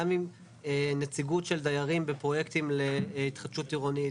גם עם נציגות של דיירים בפרויקטים להתחדשות עירונית.